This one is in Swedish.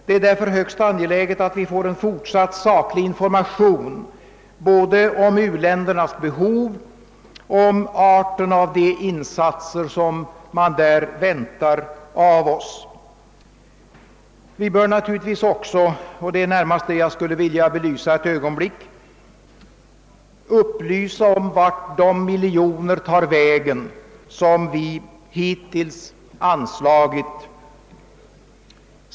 Det är därför högst angeläget att vi får en fortsatt saklig information både om u-ländernas behov och om arten av de insatser som man där väntar av oss. Vi bör naturligtvis också — och det är närmast detta som jag skulle vilja belysa ett ögonblick — upplysa om vart de miljoner tar vägen som vi hittills anslagit i u-hjälp.